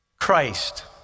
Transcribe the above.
Christ